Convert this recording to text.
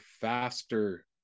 faster